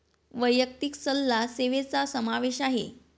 वैयक्तिक सल्ला सेवेचा समावेश आहे